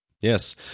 Yes